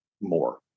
more